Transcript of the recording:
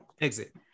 exit